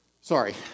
Sorry